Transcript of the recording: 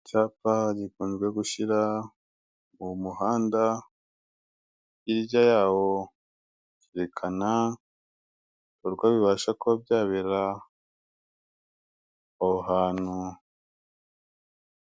Icyapa gikunze gushyira uwo muhanda, hirya yawo herekana ibikorwa bibasha kuba byabera, aho ahantu.